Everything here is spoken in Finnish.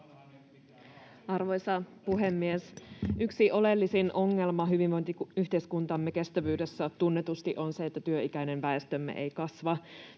Arvoisa puhemies! Yksi oleellisin ongelma hyvinvointiyhteiskuntamme kestävyydessä tunnetusti on se, että työikäinen väestömme ei kasva.